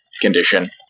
condition